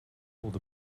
pulled